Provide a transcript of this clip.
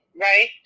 right